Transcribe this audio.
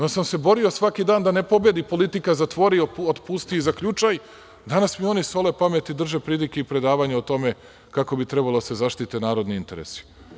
Onda sam se borio svaki dan da na pobedi politika – zatvori, otpusti i zaključaj, danas mi oni sole pamet i drže pridike i predavanja o tome kako bi trebalo da se zaštite narodni interesi.